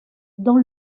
dans